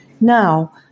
Now